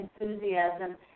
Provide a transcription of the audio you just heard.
enthusiasm